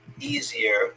easier